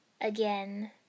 Again